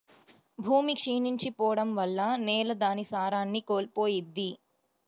భూమి క్షీణించి పోడం వల్ల నేల దాని సారాన్ని కోల్పోయిద్ది